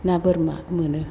ना बोरमा मोनो